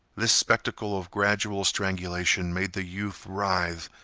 this spectacle of gradual strangulation made the youth writhe,